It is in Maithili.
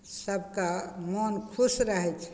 सबके मोन खुश रहय छै